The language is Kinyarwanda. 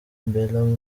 bella